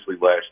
last